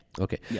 Okay